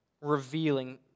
revealing